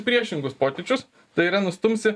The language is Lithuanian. priešingus pokyčius tai yra nustumsi